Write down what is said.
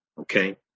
okay